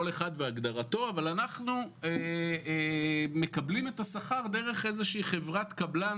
אבל אנחנו מקבלים את השכר דרך איזושהי חברת קבלן